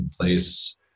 place